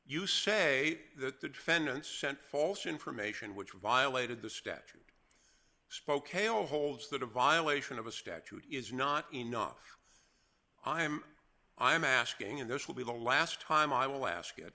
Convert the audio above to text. you say that the defendant sent false information which violated the statute spoke ala holds that a violation of a statute is not enough i am i am asking and this will be the last time i will ask it